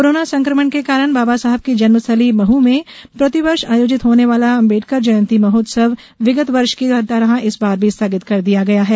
corona संक्रमण के कारण बाबा साहेब की जन्मस्थली महू में प्रतिवर्ष आयोजित होने वाला आंबेडकर जयंती महोत्सव विगत वर्ष की तरह इस बार भी स्थगित कर दिया गया है